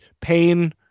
pain